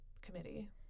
committee